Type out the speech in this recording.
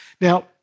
Now